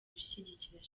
gushyigikira